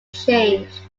changed